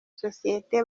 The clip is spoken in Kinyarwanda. sosiyete